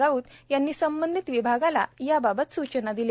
राऊत यांनी संबंधित विभागाला याबाबत सूचना केल्या